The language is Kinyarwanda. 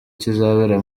kizabera